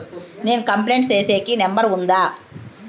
నేను కంప్లైంట్ సేసేకి నెంబర్ ఉందా?